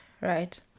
right